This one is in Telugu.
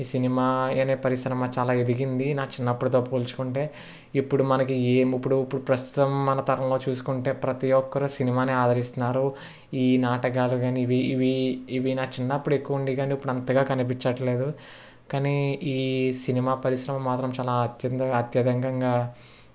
ఈ సినిమా అనే పరిశ్రమ చాలా ఎదిగింది నా చిన్నప్పటితో పోల్చుచుకుంటే ఇప్పుడు మనకు ఏము ఇప్పుడు ప్రస్తుతం మన తరంలో చూసుకుంటే ప్రతి ఒక్కరు సినిమాని ఆదరిస్తున్నారు ఈ నాటకాలు కాని ఇవి ఇవి ఇవి నా చిన్నప్పుడు ఎక్కువ ఉండేవి కాని కాని ఇప్పుడు అంతగా కనిపించటం లేదు కానీ ఈ సినిమా పరిశ్రమ మాత్రం చాలా అత్య అత్యధికంగా